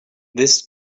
this